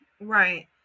right